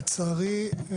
לצערי.